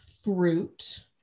fruit